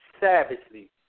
savagely